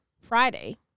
Friday